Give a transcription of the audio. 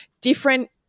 different